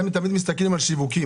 אתם תמיד מסתכלים על שיווקים,